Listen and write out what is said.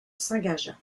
s’engagea